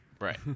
Right